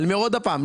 אני אומר עוד הפעם,